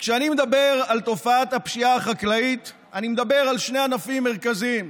כשאני מדבר על תופעת הפשיעה החקלאית אני מדבר על שני ענפים מרכזיים: